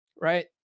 right